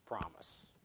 promise